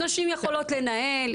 נשים יכולות לנהל,